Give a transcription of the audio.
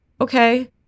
Okay